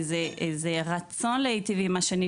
איזה רצון להיטיב עם השני,